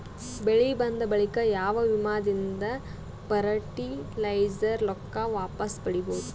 ಬೆಳಿ ಬಂದ ಬಳಿಕ ಯಾವ ವಿಮಾ ದಿಂದ ಫರಟಿಲೈಜರ ರೊಕ್ಕ ವಾಪಸ್ ಪಡಿಬಹುದು?